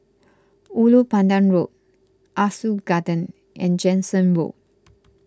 Ulu Pandan Road Ah Soo Garden and Jansen Road